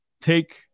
take